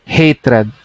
hatred